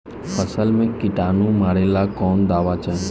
फसल में किटानु मारेला कौन दावा चाही?